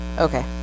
okay